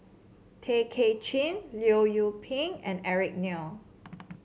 Tay Kay Chin Leong Yoon Pin and Eric Neo